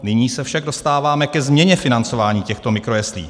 Nyní se však dostáváme ke změně financování těchto mikrojeslí.